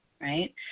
right